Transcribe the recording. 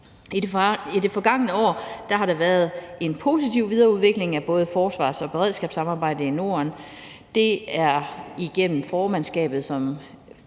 I det forgangne år har der været en positiv videreudvikling af både forsvarssamarbejdet og beredskabssamarbejdet i Norden, og det er igennem formandskabet,